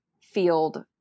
field